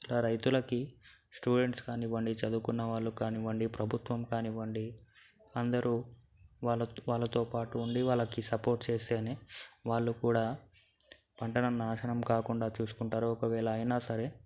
ఇలా రైతులకి స్టూడెంట్స్ కానివ్వండి చదువుకున్న వాళ్ళు కానివ్వండి ప్రభుత్వం కానివ్వండి అందరూ వాళ్ళ వాళ్ళతో పాటు ఉండి వాళ్ళకి సపోర్ట్ చేస్తేనే వాళ్ళు కూడా పంటను నాశనం కాకుండా చూసుకుంటారు ఒకవేళ అయినా సరే